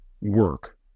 work